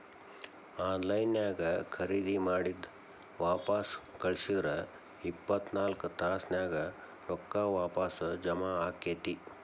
on line ನ್ಯಾಗ್ ಖರೇದಿ ಮಾಡಿದ್ ವಾಪಸ್ ಕಳ್ಸಿದ್ರ ಇಪ್ಪತ್ನಾಕ್ ತಾಸ್ನ್ಯಾಗ್ ರೊಕ್ಕಾ ವಾಪಸ್ ಜಾಮಾ ಆಕ್ಕೇತಿ